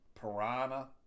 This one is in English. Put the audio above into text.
Piranha